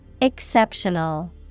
Exceptional